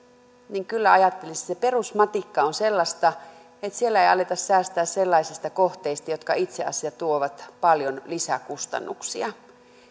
niin kyllä ajattelisin että se perusmatikka on sellaista että siellä ei aleta säästää sellaisista kohteista jotka itse asiassa tuovat paljon lisäkustannuksia